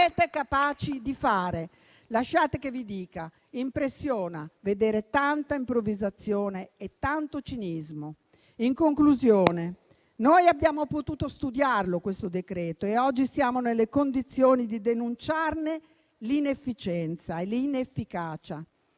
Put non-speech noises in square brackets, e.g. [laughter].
[applause] Lasciate che vi dica che impressiona vedere tanta improvvisazione e tanto cinismo. In conclusione, noi abbiamo potuto studiarlo questo decreto-legge e oggi siamo nelle condizioni di denunciarne l'inefficienza e l'inefficacia.